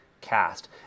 cast